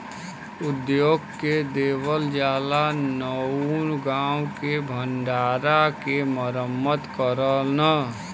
उद्योग के देवल जाला जउन गांव के भण्डारा के मरम्मत करलन